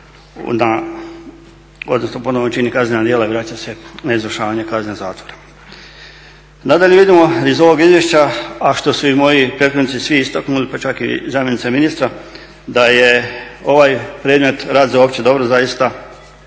na, odnosno ponovno on čini kaznena djela i vraća se na izvršavanje kazne zatvora. Nadalje vidimo iz ovog izvješća a što su i moji prethodnici svi istaknuli, pa čak i zamjenica ministra da je ovaj predmet rad za opće dobro zaista,